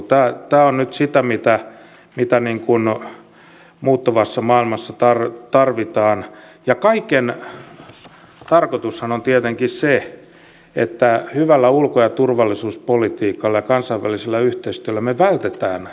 tämä on nyt sitä mitä muuttuvassa maailmassa tarvitaan ja kaiken tarkoitushan on tietenkin se että hyvällä ulko ja turvallisuuspolitiikalla ja kansainvälisellä yhteistyöllä me vältämme nämä tilanteet